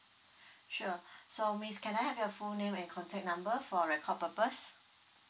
sure so miss can I have your full name and contact number for record purpose